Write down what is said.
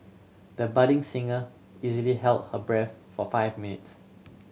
the budding singer easily held her breath for five minutes